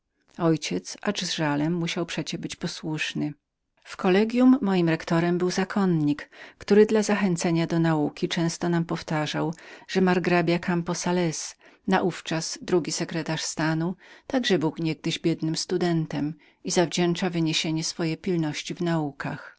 ojciec acz z żalem musiał przecie być posłusznym zastałem w kollegium ojca rektora który dla zachęcenia do nauki często nam powtarzał że margrabia campo salez naówczas drugi sekretarz stanu także był niegdyś biednym studentem i winien był wyniesienie swoje pilności do nauk